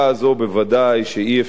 ודאי שאי-אפשר,